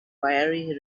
fiery